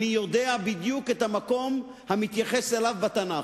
אני יודע בדיוק את המקום המתייחס אליהם בתנ"ך.